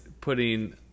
putting